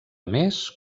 més